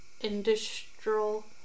industrial